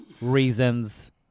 reasons